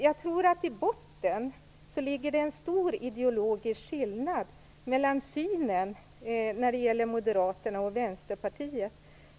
Jag tror att det i botten ligger en stor ideologisk skillnad mellan Moderaterna och Vänsterpartiet.